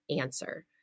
answer